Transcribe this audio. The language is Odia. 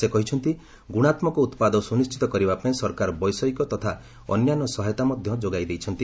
ସେ କହିଛନ୍ତି ଗୁଣାତ୍ମକ ଉତ୍ପାଦ ସୁନିଶ୍ଚିତ କରାଇବା ପାଇଁ ସରକାର ବୈଷୟିକ ତଥା ଅନ୍ୟାନ୍ୟ ସହାୟତା ମଧ୍ୟ ଯୋଗାଇ ଦେଇଛନ୍ତି